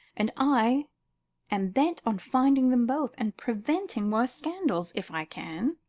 and i am bent on finding them both, and preventing worse scandals if i can.